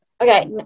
okay